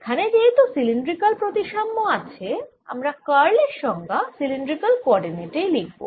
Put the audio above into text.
এখানে যেহেতু সিলিন্ড্রিকাল প্রতিসাম্য আছে আমরা কার্ল এর সংজ্ঞা সিলিন্ড্রিকাল কোঅরডিনেটে লিখব